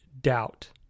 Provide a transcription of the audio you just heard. doubt